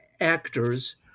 actors